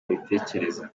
babitekereza